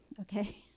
okay